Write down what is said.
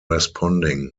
responding